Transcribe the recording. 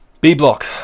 B-block